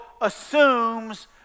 assumes